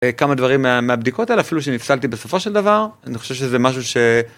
כמה דברים מהבדיקות האלה אפילו שנפסלתי בסופו של דבר אני חושב שזה משהו ש...